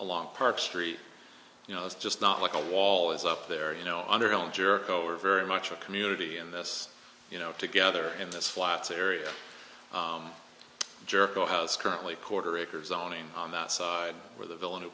along park street you know it's just not like a wall is up there you know on their own jericho are very much a community in this you know together in this flats area jericho house currently quarter acre zoning on that side where the villain